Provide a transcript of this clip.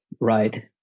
Right